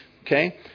okay